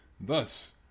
Thus